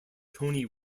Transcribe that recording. tony